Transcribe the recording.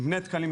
אם בני דקלים,